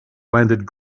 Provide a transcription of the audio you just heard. landed